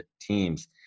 teams